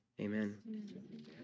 Amen